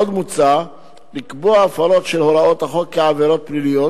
עוד מוצע לקבוע הפרות של הוראות החוק כעבירות פליליות,